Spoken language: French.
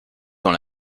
dans